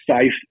safe